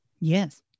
Yes